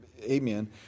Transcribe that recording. amen